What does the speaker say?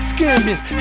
Scamming